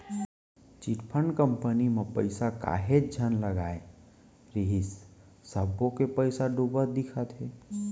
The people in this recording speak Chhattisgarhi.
चिटफंड कंपनी म पइसा काहेच झन लगाय रिहिस सब्बो के पइसा डूबत दिखत हे